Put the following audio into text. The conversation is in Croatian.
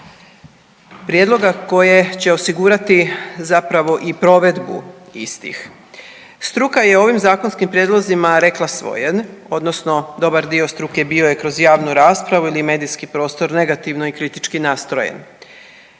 prijedloga koje će osigurati zapravo i provedbu istih. Struka je ovim zakonskim prijedlozima rekla svoje odnosno dobar dio struke bio je kroz javnu raspravu ili medijski prostor negativno i kritički nastrojen,